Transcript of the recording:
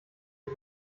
wie